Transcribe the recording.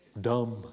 dumb